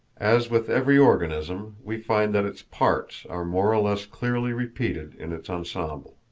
as with every organism, we find that its parts are more or less clearly repeated in its ensemble.